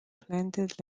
planted